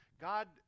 God